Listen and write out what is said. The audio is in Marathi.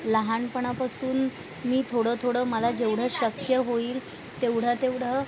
लहानपणापासून मी थोडं थोडं मला जेवढं शक्य होईल तेवढं तेवढं